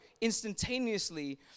instantaneously